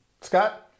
Scott